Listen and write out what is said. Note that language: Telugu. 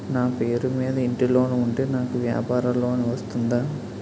నా పేరు మీద ఇంటి లోన్ ఉంటే నాకు వ్యాపార లోన్ వస్తుందా?